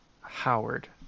Howard